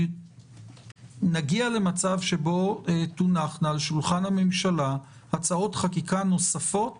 נגיע למצב שבו יונחו על שולחן הממשלה הצעות חוק נוספות